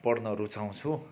पढ्न रुचाउँछु